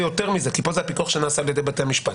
יותר מזה כי זה הפיקוח שנעשה ע"י בתי משפט